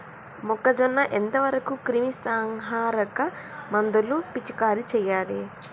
మొక్కజొన్న ఎంత వరకు క్రిమిసంహారక మందులు పిచికారీ చేయాలి?